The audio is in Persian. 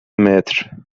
متر